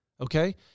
Okay